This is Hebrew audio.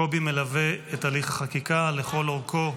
קובי מלווה את הליך החקיקה לכל אורכו.